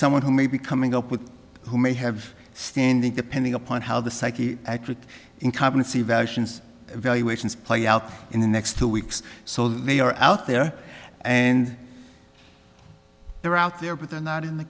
someone who may be coming up with who may have standing depending upon how the psyche accurate incumbency valuations valuations play out in the next two weeks so they are out there and they're out there but they're not in the